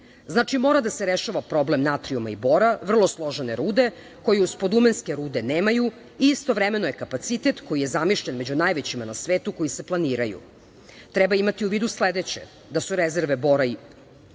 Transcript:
Znači, mora da se rešava problem natrijuma i bora, vrlo složene rude, koji spodumenske rude nemaju i istovremeno je kapacitet koji je zamišljen među najvećima na svetu koji se planiraju. Treba imati u vidu sledeće, da su rezerve bora u